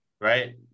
right